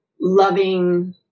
loving